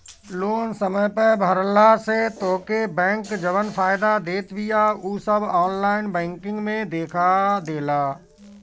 loan समय पअ भरला से तोहके बैंक जवन फायदा देत बिया उ सब ऑनलाइन बैंकिंग में देखा देला